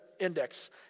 index